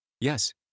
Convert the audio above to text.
Yes